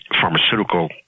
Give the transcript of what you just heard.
pharmaceutical